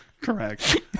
Correct